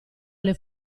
alle